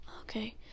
Okay